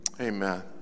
Amen